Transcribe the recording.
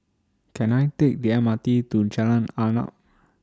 Can I Take The M R T to Jalan Arnap